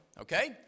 okay